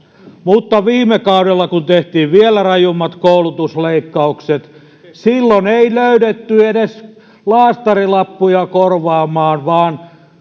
mutta viime kaudella kun tehtiin vielä rajummat koulutusleikkaukset ei löydetty edes laastarilappuja korvaamaan vaan